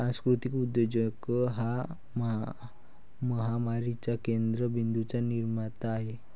सांस्कृतिक उद्योजक हा महामारीच्या केंद्र बिंदूंचा निर्माता आहे